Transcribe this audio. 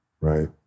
right